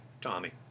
Tommy